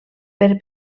per